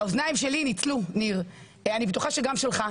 האוזניים שלי ניצלו, ניר, בטוחה שגם שלך,